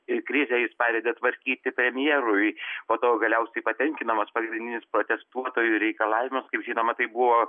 ir krizę jis pavedė tvarkyti premjerui po to galiausiai patenkinamas pagrindinis protestuotojų reikalavimas kaip žinoma tai buvo